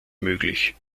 möglich